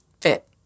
fit